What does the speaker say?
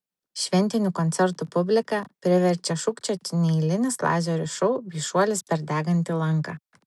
šventinių koncertų publiką priverčia šūkčioti neeilinis lazerių šou bei šuolis per degantį lanką